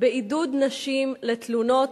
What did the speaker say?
בעידוד נשים לתלונות,